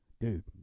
Dude